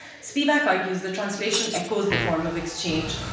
spivak argues the translation echoes the form of exchange,